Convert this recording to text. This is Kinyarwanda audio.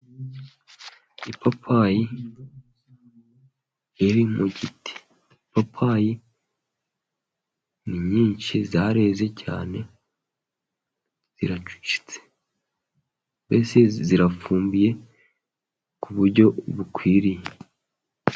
Ipapayi iri mu giti. Ipapayi ni nyinshi zareze cyane ziracucitse. Mbese zirafumbiye ku buryo bukwiriye.